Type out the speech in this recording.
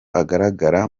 agaragara